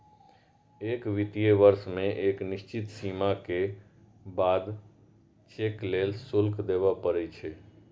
एक वित्तीय वर्ष मे एक निश्चित सीमा के बाद चेक लेल शुल्क देबय पड़ै छै